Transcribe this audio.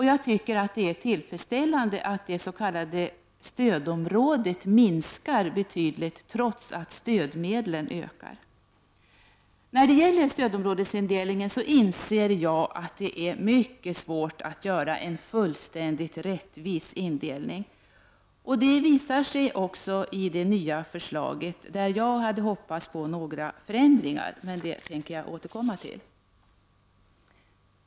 Jag tycker att det är tillfredsställande att det s.k. stödområdet minskar betydligt trots att stödmedlen ökar. När det gäller stödområdesindelningen inser jag att det är mycket svårt att göra en fullständigt rättvis indelning, vilket också visar sig i det nya förslaget. Jag hade hoppats på några förändringar i det, vilket jag återkommer till.